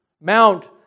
mount